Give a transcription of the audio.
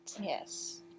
yes